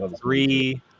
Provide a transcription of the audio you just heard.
three